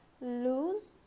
lose